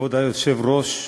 כבוד היושב-ראש,